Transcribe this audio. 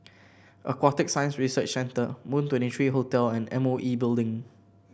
Aquatic Science Research Centre Moon Twenty three Hotel and M O E Building